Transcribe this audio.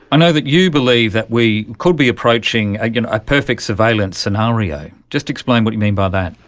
i know that you believe that we could be approaching a perfect surveillance scenario. just explain what you mean by that.